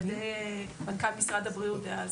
על-ידי מנכ"ל משרד הבריאות דאז.